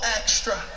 extra